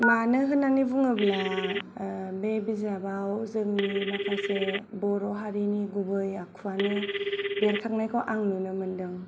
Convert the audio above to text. मानो होन्नानै बुङोब्ला बे बिजाबाव जोंनि माखासे बर' हारिनि गुबै आखुवानो बेरखांनायखौ आं नुनो मोनदों